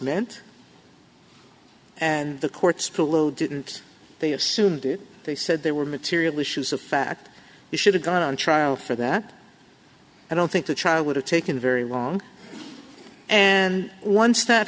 meant and the courts below didn't they assume that they said they were material issues of fact we should have got on trial for that i don't think the child would have taken very long and once that